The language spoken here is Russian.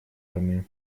армию